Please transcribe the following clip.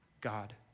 God